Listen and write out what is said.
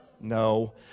No